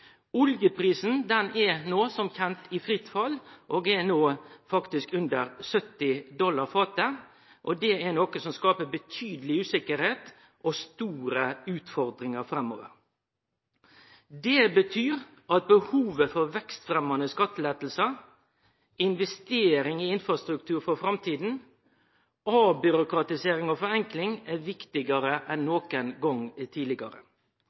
Oljeprisen er som kjend i fritt fall og er no faktisk under 70 dollar fatet. Det er noko som skapar betydeleg usikkerheit og store utfordringar framover. Det betyr at behovet for vekstfremjande skattelettar, investering i infrastruktur for framtida og avbyråkratisering og forenkling er viktigare enn nokon gong tidlegare.